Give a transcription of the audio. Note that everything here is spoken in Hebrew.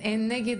2 נגד,